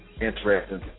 Interesting